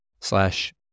slash